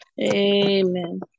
Amen